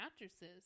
mattresses